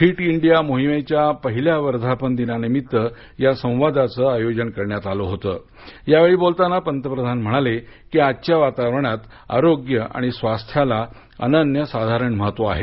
fit India मोहिमेच्या पहिल्या वर्धापन दिनानिमित्त या संवादाचे आयोजन करण्यात आले होते यावेळी बोलताना पंतप्रधान म्हणाले की आजच्या वातावरणात आरोग्य आणि स्वास्थ्याला अनन्यसाधारण महत्व आहे